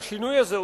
השינוי הזה,